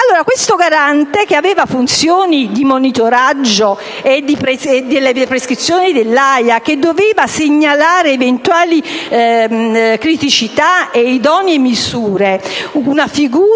Questo garante che aveva funzioni di monitoraggio dell'esecuzione delle prescrizioni dell'AIA e che doveva segnalare eventuali criticità ed idonee misure, una figura